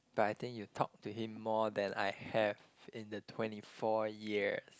but I think you talk to him more than I have in the twenty four years